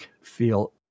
feel